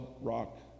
rock